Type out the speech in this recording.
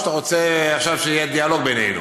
או שאתה רוצה עכשיו שיהיה דיאלוג בינינו?